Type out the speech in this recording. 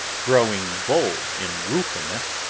growing bold in ruefulness,